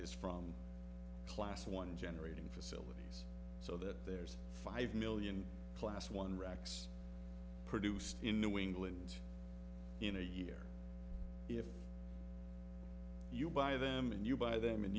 is from class one generating facilities so that there's five million class one racks produced in new england in a year if you buy them and you buy them and